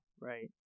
Right